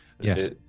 Yes